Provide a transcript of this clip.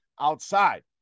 outside